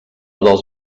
dels